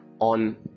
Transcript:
On